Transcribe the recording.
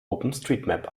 openstreetmap